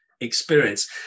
experience